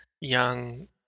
young